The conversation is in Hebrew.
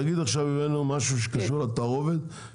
נגיד עכשיו הבאנו משהו שקשור לתערובת,